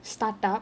start up